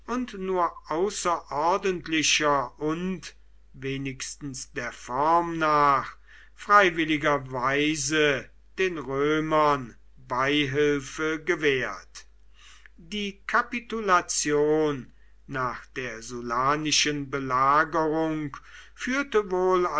nur außerordentlicher und wenigstens der form nach freiwilliger weise den römern beihilfe gewährt die kapitulation nach der sullanischen belagerung führte wohl